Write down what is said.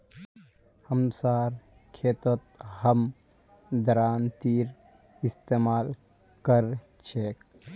हमसार खेतत हम दरांतीर इस्तेमाल कर छेक